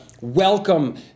welcome